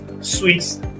sweets